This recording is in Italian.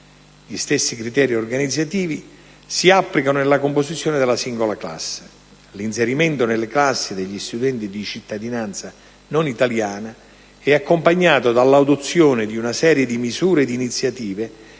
Gli stessi criteri organizzativi si applicano nella composizione della singola classe. L'inserimento nelle classi degli studenti di cittadinanza non italiana è accompagnato dall'adozione di una serie di misure e iniziative